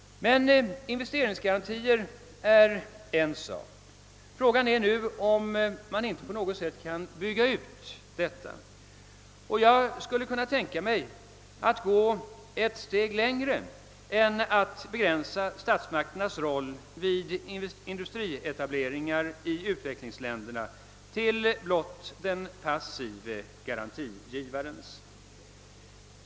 Men investeringsgarantier är en sak. Fråga är nu, om man inte på något sätt kan bygga ut detta system. Jag skulle kunna tänka mig att gå ett steg längre än att begränsa statsmakternas roll vid industrietableringar i utvecklingsländerna till blott den passive garantigivarens.